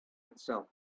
itself